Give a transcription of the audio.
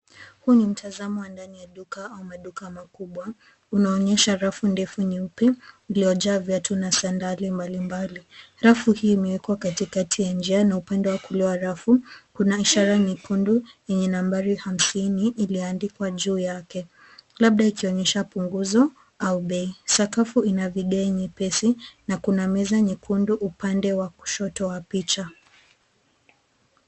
Huu ni mtazamo wa ndani ya duka au maduka makubwa. Unaonyesha rafu ndefu nyeupe iliyojaa viatu na sandali mbalimbali. Rafu hii imewekwa katikati ya njia na upande wa kulia wa rafu kuna ishara nyekundu yenye nambari hamsini iliyoandikwa juu yake labda ikionyesha punguzo au bei. Sakafu ina vigae nyepesi na kuna meza nyekundu upande wa kushoto wa picha.